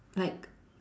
like